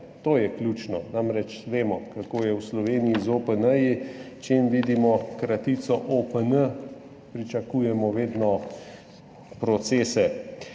To je ključno, namreč, vemo, kako je v Sloveniji z OPN. Čem vidimo kratico OPN, vedno pričakujemo procese